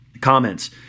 Comments